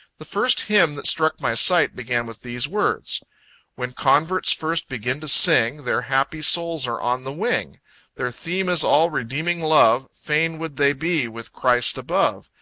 the first hymn that struck my sight began with these words when converts first begin to sing, their happy souls are on the wing their theme is all redeeming love fain would they be with christ above.